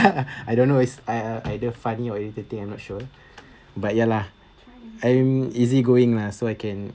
I don't know is uh either funny or irritating I'm not sure but ya lah I'm easy going lah so I can